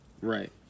Right